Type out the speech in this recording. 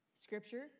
scripture